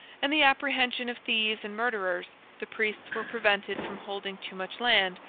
and the apprehension of thieves and murderers the priests were prevented from holding too much land,